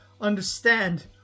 understand